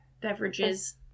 beverages